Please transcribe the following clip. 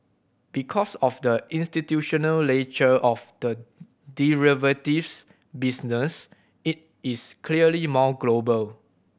because of the institutional nature of the derivatives business it is clearly more global